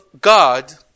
God